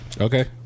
Okay